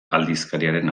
aldizkariaren